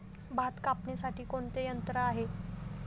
भात कापणीसाठी कोणते यंत्र आहे?